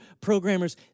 programmers